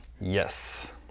Yes